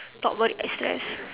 talk about it I stress